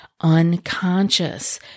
unconscious